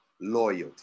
loyalty